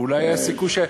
אולי היה סיכוי,